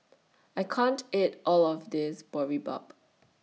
I can't eat All of This Boribap